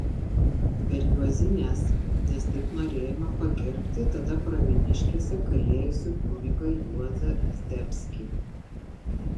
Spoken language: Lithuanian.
per juozines nes taip norėjome pagerbti tada pravieniškėse kalėjusi kunigą juozą zdebskį